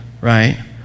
right